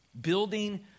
Building